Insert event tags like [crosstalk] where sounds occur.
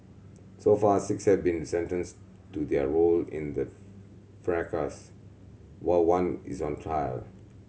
so far six have been sentenced do their role in the [unintelligible] fracas while one is on trial